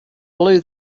blew